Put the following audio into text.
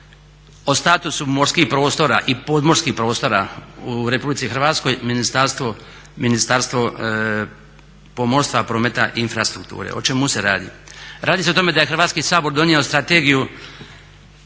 o statusu morskih prostora i podmorskih prostora u RH, Ministarstvo pomorstva, prometa i infrastrukture. O čemu se radi? Radi se o tome da je Hrvatski sabor donio strategiju